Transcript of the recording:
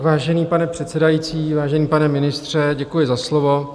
Vážený pane předsedající, vážený pane ministře, děkuji za slovo.